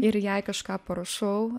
ir jai kažką parašau